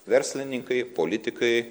verslininkai politikai